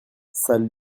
salle